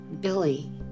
Billy